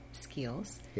skills